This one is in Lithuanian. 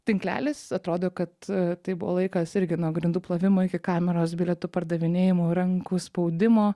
tinklelis atrodo kad tai buvo laikas irgi nuo grindų plovimo iki kameros bilietų pardavinėjimų rankų spaudimo